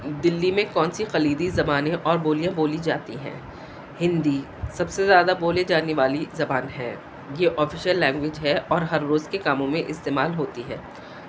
دلی میں کون سی کلیدی زبانیں اور بولیاں بولی جاتی ہیں ہندی سب سے زیادہ بولے جانے والی زبان ہے یہ آفیشیل لینگویج ہے اور ہر روز کے کاموں میں استعمال ہوتی ہے